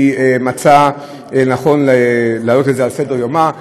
שמצאה לנכון להעלות את זה על סדר-יומה.